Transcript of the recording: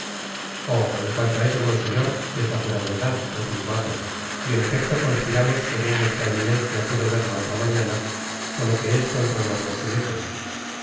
en cuanto á eso modseflor es a pura verdad replicó a tbos y en efecto conspiramos segun vuestra eminencia pudo ver la otra mañana salaque es contra los rocheleses i